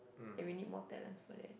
and we need more talent for that